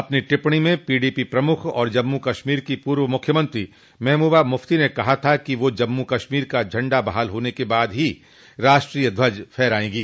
अपनी टिप्पणी में पीडीपी प्रमुख और जम्मू कश्मोर की पूर्व मुख्यमंत्री महबूबा मुफ्ती ने कहा था कि वह जम्मू कश्मीर का झंडा बहाल होने के बाद ही राष्ट्रीय ध्वज फहराएंगी